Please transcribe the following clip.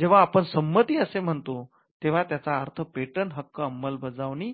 जेव्हा आपण संमती असे म्हणतो तेव्हा त्याचा अर्थ 'पेटंट हक्क अंमलबजावणी